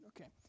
Okay